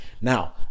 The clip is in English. Now